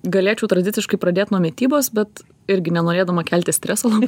galėčiau tradiciškai pradėt nuo mitybos bet irgi nenorėdama kelti streso labai